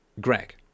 Greg